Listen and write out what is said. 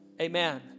Amen